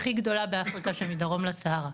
הכי גדולה באפריקה שמדרום לסהרה,